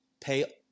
pay